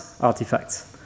artifacts